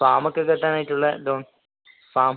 ഫാമൊക്കെ കെട്ടാനായിട്ടുള്ള loan farm